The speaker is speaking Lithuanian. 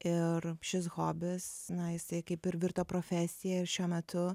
ir šis hobis na jisiai kaip ir virto profesija ir šiuo metu